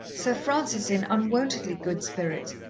sir francis in unwontedly good spirits,